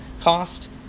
cost